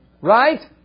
Right